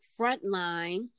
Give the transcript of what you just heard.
frontline